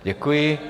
Děkuji.